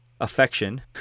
affection